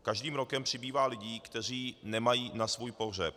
Každým rokem přibývá lidí, kteří nemají na svůj pohřeb.